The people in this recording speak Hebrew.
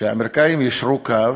שהאמריקנים יישרו קו,